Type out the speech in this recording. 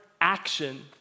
action